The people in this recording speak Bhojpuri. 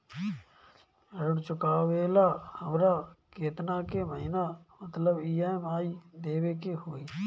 ऋण चुकावेला हमरा केतना के महीना मतलब ई.एम.आई देवे के होई?